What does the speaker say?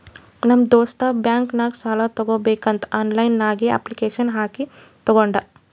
ನಮ್ ದೋಸ್ತ್ ಬ್ಯಾಂಕ್ ನಾಗ್ ಸಾಲ ತಗೋಬೇಕಂತ್ ಆನ್ಲೈನ್ ನಾಗೆ ಅಪ್ಲಿಕೇಶನ್ ಹಾಕಿ ತಗೊಂಡ್